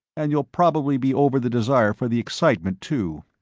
and you'll probably be over the desire for the excitement, too.